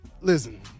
listen